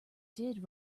did